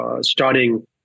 starting